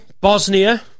Bosnia